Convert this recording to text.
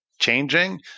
changing